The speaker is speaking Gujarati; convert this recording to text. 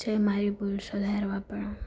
જે મારી ભૂલ સુધારવા પણ